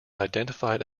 identified